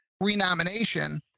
renomination